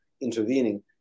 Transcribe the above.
intervening